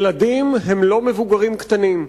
ילדים הם לא מבוגרים קטנים.